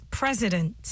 president